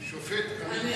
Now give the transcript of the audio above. שופט עמית,